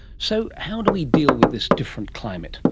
so how do we deal with this different climate?